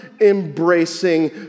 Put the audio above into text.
embracing